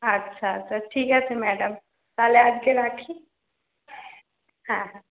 আচ্ছা আচ্ছা ঠিক আছে ম্যাডাম তাহলে আজকে রাখি হ্যাঁ হ্যাঁ